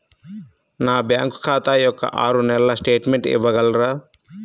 నా బ్యాంకు ఖాతా యొక్క ఆరు నెలల స్టేట్మెంట్ ఇవ్వగలరా?